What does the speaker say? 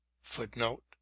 footnote